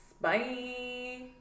Bye